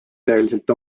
tõeliselt